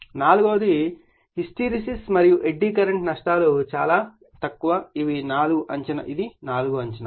నాలుగవది హిస్టెరిసిస్ మరియు eddy current నష్టాలు చాలా తక్కువ ఇవి నాలుగు అంచనాలు